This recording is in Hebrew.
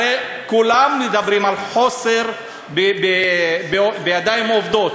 הרי כולם מדברים על חוסר בידיים עובדות,